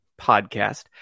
podcast